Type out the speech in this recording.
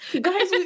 Guys